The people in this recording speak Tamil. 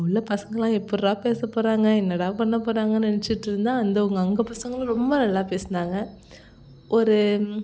அங்கே உள்ள பசங்களாம் எப்பட்றா பேச போகிறாங்க என்னடா பண்ண போறாங்கன்னு நினைச்சிட்ருந்தேன் அந்த அவங்க அங்கே பசங்களும் ரொம்ப நல்லா பேசுனாங்க ஒரு